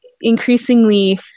increasingly